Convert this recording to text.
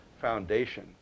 foundation